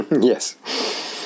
Yes